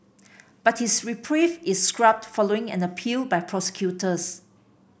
but his reprieve is scrubbed following an appeal by prosecutors